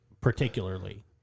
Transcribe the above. particularly